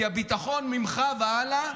כי הביטחון ממך והלאה.